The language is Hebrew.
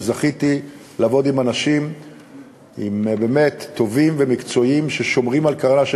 שזכיתי לעבוד עם אנשים באמת טובים ומקצועיים ששומרים על קרנה של